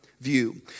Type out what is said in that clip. view